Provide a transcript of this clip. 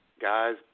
guys